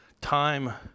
time